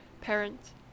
parents